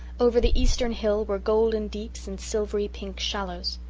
over the eastern hill were golden deeps and silvery-pink shallows.